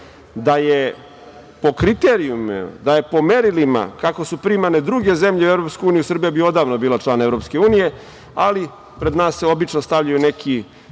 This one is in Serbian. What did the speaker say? Da je po kriterijumima, da je po merili kako su primane druge zemlje u EU Srbija bi odavno bila član EU, ali pred nas se obično stavljaju neki